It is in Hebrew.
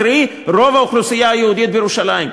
קרי רוב האוכלוסייה היהודית בירושלים.